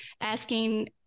asking